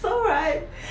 so right